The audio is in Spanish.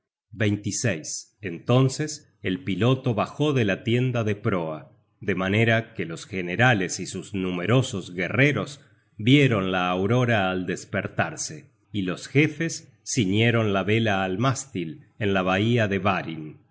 victoria entonces el piloto bajó la tienda de proa de manera que los generales y sus numerosos guerreros vieron la aurora al despertarse y los jefes ciñeron la vela al mástil en la bahía de varin